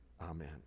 Amen